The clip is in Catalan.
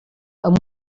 amb